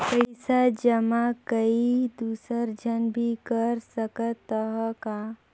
पइसा जमा कोई दुसर झन भी कर सकत त ह का?